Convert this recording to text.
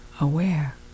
aware